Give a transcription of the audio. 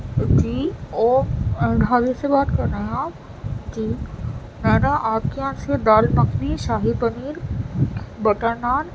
جی ڈھابے سے بات کر رہے ہیں آپ جی میں نے آپ کے یہاں سے دال مکھنی شاہی پنیر بٹر نان